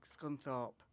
Scunthorpe